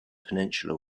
peninsular